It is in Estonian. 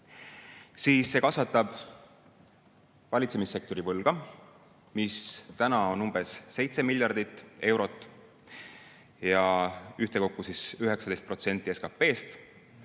jagu. See kasvatab valitsemissektori võlga, mis praegu on umbes 7 miljardit eurot ja ühtekokku 19% SKT-st.